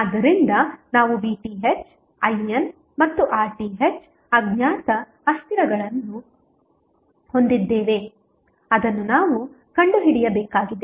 ಆದ್ದರಿಂದ ನಾವು VTh IN ಮತ್ತು RTh ಅಜ್ಞಾತ ಅಸ್ಥಿರಗಳನ್ನು ಹೊಂದಿದ್ದೇವೆ ಅದನ್ನು ನಾವು ಕಂಡುಹಿಡಿಯಬೇಕಾಗಿದೆ